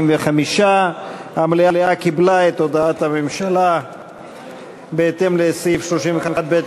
45. המליאה קיבלה את הודעת הממשלה בהתאם לסעיף 31(ב)